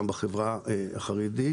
גם בחברה החרדית